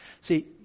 See